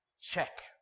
Check